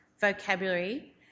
vocabulary